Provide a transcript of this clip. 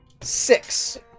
six